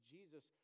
Jesus